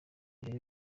urebe